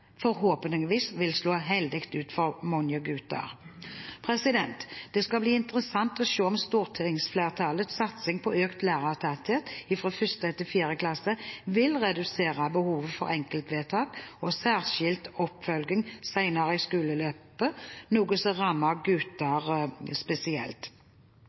forhåpentligvis vil slå heldig ut for mange gutter. Det skal bli interessant å se om stortingsflertallets satsing på økt lærertetthet fra 1. til 4. klasse vil redusere behovet for enkeltvedtak og særskilt oppfølging senere i skoleløpet, noe som rammer gutter spesielt.